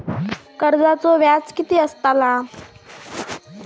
कर्जाचो व्याज कीती असताला?